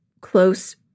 close